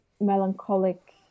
melancholic